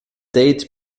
date